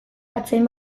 artzain